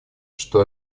что